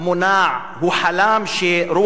הוא חלם שרוח הקודש,